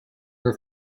her